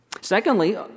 Secondly